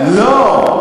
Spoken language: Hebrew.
לא,